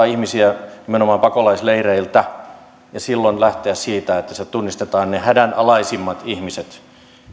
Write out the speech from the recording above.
ihmisiä nimenomaan pakolaisleireiltä ja että voidaan silloin lähteä siitä että sieltä tunnistetaan ne hädänalaisimmat ihmiset